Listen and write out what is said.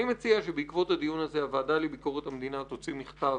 אני מציע שבעקבות הדיון הזה הוועדה לביקורת המדינה תוציא מכתב